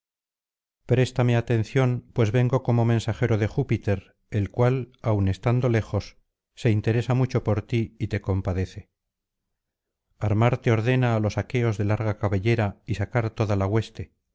préstame atención pues vengo como mensajero de júpiter el cual aun estando lejos se interesa mucho por ti y te compadece armar te ordena á los aqueos de larga cabellera y sacar toda la hueste